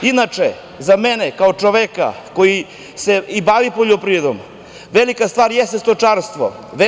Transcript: Inače, za mene kao čoveka koji se bavi poljoprivredom, velika stvar jeste stočarstvo.